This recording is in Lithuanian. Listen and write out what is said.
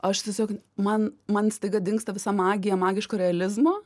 aš tiesiog man man staiga dingsta visa magija magiško realizmo